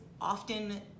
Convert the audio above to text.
often